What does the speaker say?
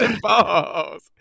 balls